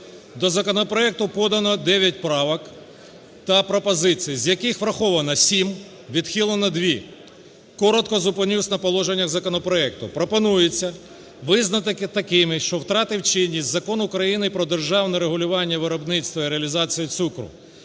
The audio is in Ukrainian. До законопроекту подано дев'ять правок та пропозицій, з яких враховано сім, відхилено дві. Коротко зупинюсь на положеннях законопроекту. Пропонується визнати такими, що втратив чинність Закон України "Про державне регулювання виробництва і реалізації цукру".